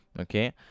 okay